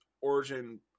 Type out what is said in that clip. origin